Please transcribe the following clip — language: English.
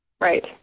Right